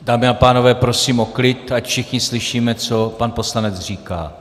Dámy a pánové, prosím o klid, ať všichni slyšíme, co pan poslanec říká.